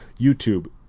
YouTube